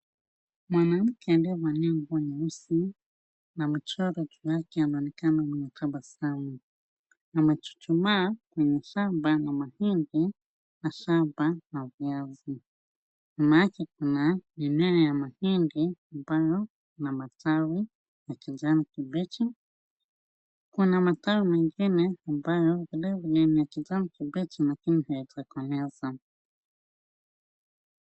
Mwanamke aliyevalia nguo nyeusi na mchoro juu yake anaonekana mwenye tabasamu. Amechuchumaa kwenye shamba la mahindi na shamba la viazi. Nyuma yake kuna mimea ya mahindi ambayo ina matawi ya kijani kibichi. Kuna matawi mengine ambayo vile vile ni ya kijani kibichi lakini haijakoleza.